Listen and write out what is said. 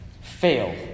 fail